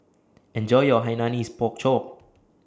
Enjoy your Hainanese Pork Chop